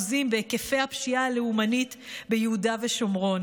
בהיקפי הפשיעה הלאומנית ביהודה ושומרון